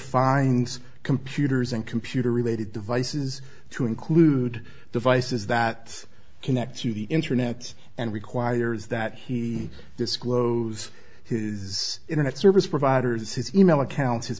fines computers and computer related devices to include devices that connect to the internet and requires that he disclose his internet service providers his e mail accounts his